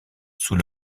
sous